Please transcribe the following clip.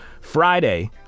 Friday